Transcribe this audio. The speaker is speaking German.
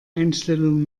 einstellung